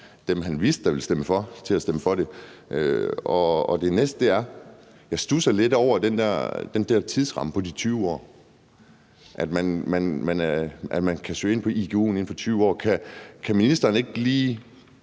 dem, man vidste ville stemme for det, til at stemme for det, men at det er bredt i Folketinget? Det næste er, at jeg studser lidt over den der tidsramme på de 20 år, altså at man kan søge ind på igu'en inden for 20 år. Kan ministeren ikke bare